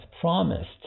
promised